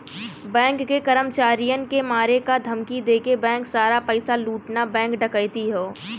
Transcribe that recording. bank के कर्मचारियन के मारे क धमकी देके बैंक सारा पइसा लूटना बैंक डकैती हौ